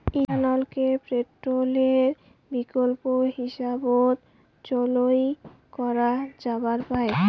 ইথানলকে পেট্রলের বিকল্প হিসাবত চইল করা যাবার পায়